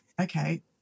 okay